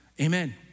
Amen